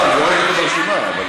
לא ראיתי אותו ברשימה.